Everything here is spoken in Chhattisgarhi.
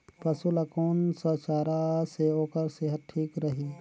पशु ला कोन स चारा से ओकर सेहत ठीक रही?